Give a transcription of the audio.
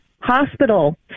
Hospital